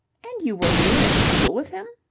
and you were really at school with him?